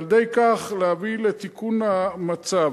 ועל-ידי כך להביא לתיקון המצב.